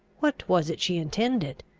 what was it she intended?